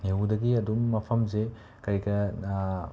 ꯅꯦꯍꯨꯗꯒꯤ ꯑꯗꯨꯝ ꯃꯐꯝꯁꯦ ꯀꯩ ꯀꯥ